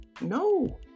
No